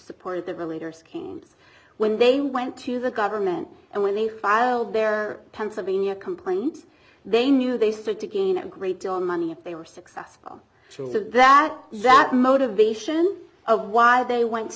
supported the leaders when they went to the government and when they filed their pennsylvania complaint they knew they stood to gain a great deal of money if they were successful so that that motivation of why they went to